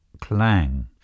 clang